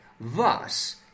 Thus